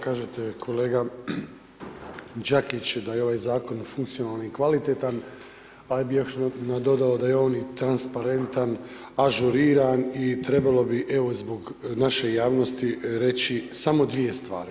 Kažete kolega Đakić da je ovaj zakona funkcionalan i kvalitetan ali bih još nadodao da je on i transparentan, ažuriran i trebalo evo zbog naše javnosti reći samo dvije stvari.